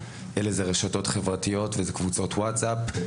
אלא זה רשתות חברתיות וקבוצות וואטסאפ.